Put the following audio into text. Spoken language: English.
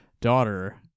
daughter